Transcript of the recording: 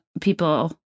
people